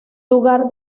lugar